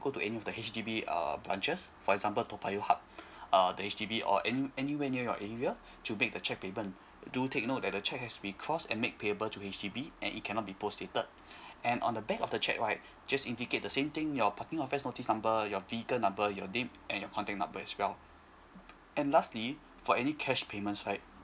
go to the any H_D_B uh branches for example toa payoh hub uh the H_D_B or any anywhere near your area to make the cheque payment do take note that the cheque has to be crossed and make payable to H_D_B and it cannot be post dated and on the back of the cheque right just indicate the same thing your parking offense notice number your vehicle number your name and your contact number as well and lastly for any cash payments right